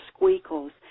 squeakles